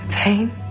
Pain